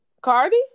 Cardi